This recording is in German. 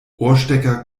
ohrstecker